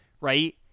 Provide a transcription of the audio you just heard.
Right